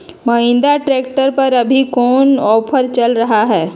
Mahindra tractor पर अभी कोन ऑफर चल रहा है?